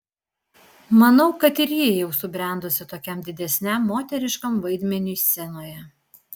manau kad ir ji jau subrendusi tokiam didesniam moteriškam vaidmeniui scenoje